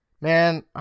man